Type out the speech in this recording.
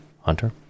Hunter